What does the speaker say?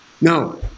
No